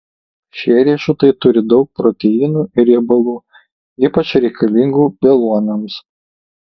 šie riešutai turi daug proteinų ir riebalų ypač reikalingų beluomiams